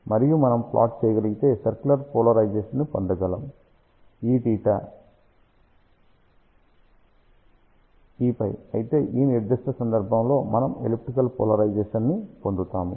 మరియు మనము ప్లాట్ చేయగలిగితే సర్క్యులర్ పోలరైజేషన్ ని పొందగలము Eθ Eφ అయితే ఆ నిర్దిష్ట సందర్భంలో మనం ఎలిప్తికల్ పోలరైజేషన్ ని పొందుతాము